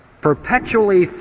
perpetually